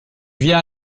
viens